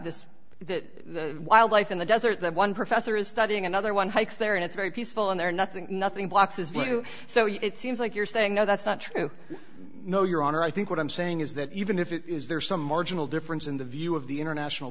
this that wildlife in the desert that one professor is studying another one hike there and it's very peaceful and they're nothing nothing box is blue so it seems like you're saying no that's not true no your honor i think what i'm saying is that even if it is there some marginal difference in the view of the international